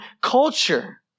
culture